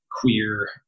queer